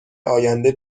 آینده